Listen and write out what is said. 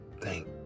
thank